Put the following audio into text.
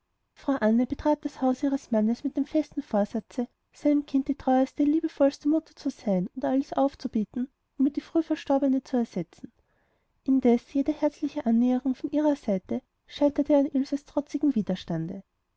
frau anne betrat das haus ihres mannes mit dem festen vorsatze seinem kinde die treueste liebevollste mutter zu sein und alles aufzubieten um ihr die früh verlorene zu ersetzen indes jede herzliche annäherung von ihrer seite scheiterte an ilses trotzigem widerstande